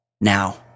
now